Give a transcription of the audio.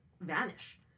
vanish